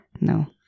no